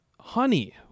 honey